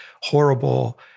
horrible